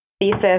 thesis